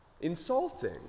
insulting